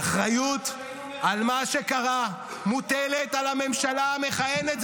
האחריות על מה שקרה מוטלת על הממשלה המכהנת,